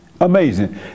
Amazing